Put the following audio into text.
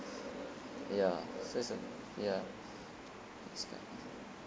ya so it's a ya